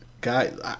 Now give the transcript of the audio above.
guys